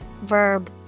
verb